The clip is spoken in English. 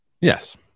Yes